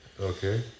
Okay